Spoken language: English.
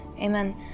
Amen